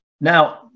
Now